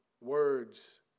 words